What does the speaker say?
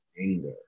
anger